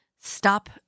stop